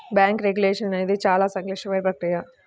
bank regulation అనేది చాలా సంక్లిష్టమైన ప్రక్రియ